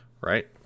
right